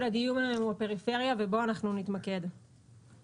אתחיל בכמה נתוני מאקרו על מגזר